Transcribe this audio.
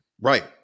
Right